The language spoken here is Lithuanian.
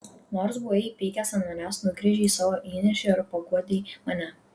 nors buvai įpykęs ant manęs nugręžei savo įniršį ir paguodei mane